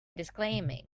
disclaiming